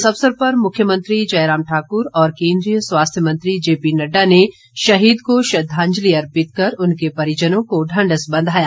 इस अवसर पर मुख्यमंत्री जयराम ठाकुर और केन्द्रीय स्वास्थ्य मंत्री जेपीनड्डा ने शहीद को श्रद्वांजलि अर्पित कर उनके परिजनों को ढांढस बंधाया